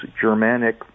Germanic